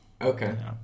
okay